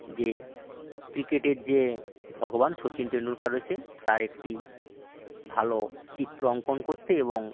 যে ক্রিকেটের যে ভগবান শচীন তেনডুলকার রয়েছে তার একটি ভালো চিত্র অঙ্কন করতে এবং